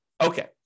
Okay